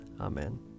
Amen